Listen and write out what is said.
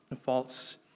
false